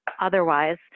otherwise